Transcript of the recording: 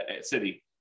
city